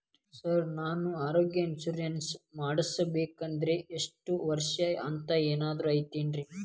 Sir ನಾನು ಆರೋಗ್ಯ insurance ಮಾಡಿಸ್ಬೇಕಂದ್ರೆ ಇಷ್ಟ ವರ್ಷ ಅಂಥ ಏನಾದ್ರು ಐತೇನ್ರೇ?